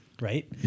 right